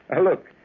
Look